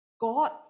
God